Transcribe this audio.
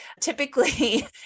typically